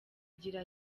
agira